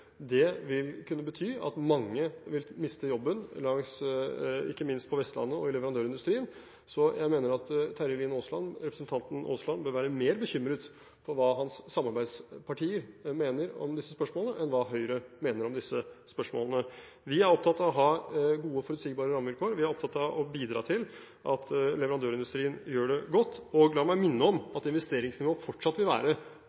Det vil kunne bety at mange vil miste jobben, ikke minst på Vestlandet og i leverandørindustrien. Jeg mener at representanten Terje Aasland bør være mer bekymret for hva hans samarbeidspartier mener om disse spørsmålene enn hva Høyre mener om disse spørsmålene. Vi er opptatt av å ha gode og forutsigbare rammevilkår, vi er opptatt av å bidra til at leverandørindustrien gjør det godt. La meg minne om at investeringsnivået fortsatt vil være